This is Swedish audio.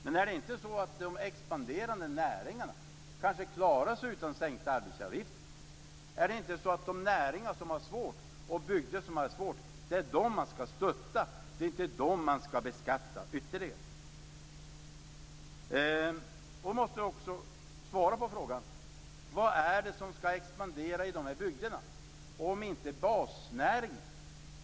Men de expanderande näringarna klarar sig kanske utan sänkta arbetsgivaravgifter. Det är de näringar och bygder som har det svårt som man skall stötta, det är inte dem som skall beskattas ytterligare. Jag vill också ha ett svar på frågan: Vad är det som skall expandera i dessa bygder, om inte basnäringarna?